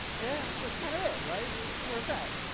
yeah that's ah kind of it, right? it's where it's at.